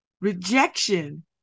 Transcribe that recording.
rejection